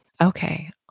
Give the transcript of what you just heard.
Okay